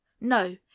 No